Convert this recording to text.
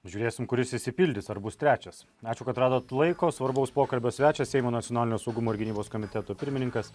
žiūrėsim kuris išsipildys ar bus trečias ačiū kad radot laiko svarbaus pokalbio svečias seimo nacionalinio saugumo ir gynybos komiteto pirmininkas